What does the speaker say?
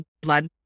blood